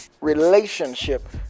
relationship